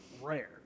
rare